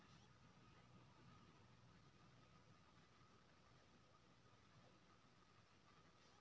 गै माय सोना चानी सँ नीक जमीन कीन यैह टा अचल पूंजी छौ